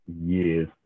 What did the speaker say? years